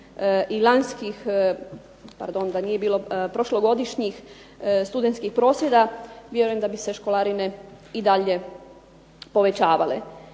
i lanjskih, pardon da nije prošlogodišnjih studentskih prosvjeda vjerujem da bi se školarine i dalje povećavale.